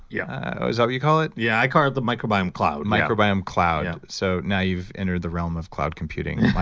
yeah is that what you call it? yeah, i call it the microbiome cloud microbiome cloud. so now you've entered the realm of cloud computing.